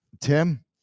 Tim